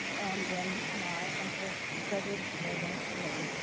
and then my uncle, frederick william meehling,